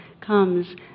comes